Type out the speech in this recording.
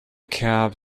cab